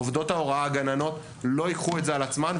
עובדות ההוראה, הגננות, לא ייקחו את זה על עצמן.